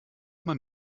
man